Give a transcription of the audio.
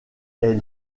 est